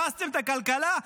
הרסתם את הכלכלה.